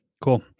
Cool